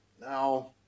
Now